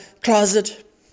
closet